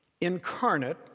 incarnate